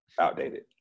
outdated